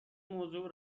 موضوع